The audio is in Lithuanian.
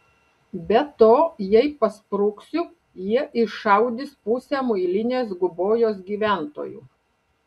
be to jei paspruksiu jie iššaudys pusę muilinės gubojos gyventojų